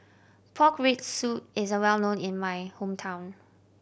pork rib soup is well known in my hometown